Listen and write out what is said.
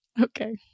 Okay